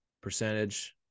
percentage